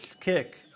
kick